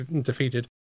defeated